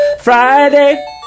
Friday